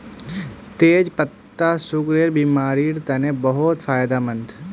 तेच पत्ता सुगरेर बिमारिर तने बहुत फायदामंद